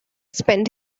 spend